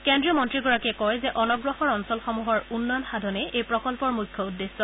কেন্দ্ৰীয় মন্ত্ৰীগৰাকীয়ে কয় যে অনগ্ৰসৰ অঞ্চলসমূহৰ উন্নয়ন সাধনেই এই প্ৰকল্পৰ মুখ্য উদ্দেশ্য